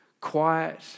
quiet